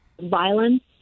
violence